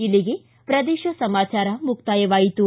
ಇಲ್ಲಿಗೆ ಪ್ರದೇಶ ಸಮಾಚಾರ ಮುಕ್ತಾಯವಾಯಿತು